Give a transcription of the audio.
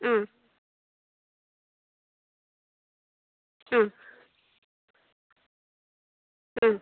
ആ ആ ആ